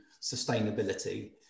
sustainability